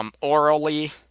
Orally